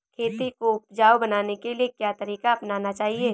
खेती को उपजाऊ बनाने के लिए क्या तरीका अपनाना चाहिए?